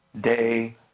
day